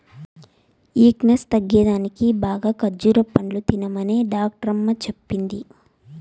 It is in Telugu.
ఈక్నేస్ తగ్గేదానికి బాగా ఖజ్జూర పండ్లు తినమనే డాక్టరమ్మ చెప్పింది